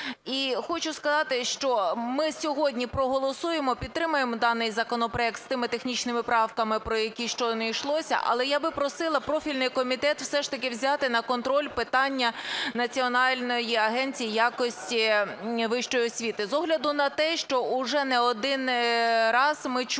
І хочу сказати, що ми сьогодні проголосуємо, підтримаємо даний законопроект з тими технічними правками, про які щойно йшлося, але я би просила профільний комітет все ж таки взяти на контроль питання Національної агенції якості вищої освіти. З огляду на те, що уже не один раз ми чуємо